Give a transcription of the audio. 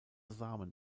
samen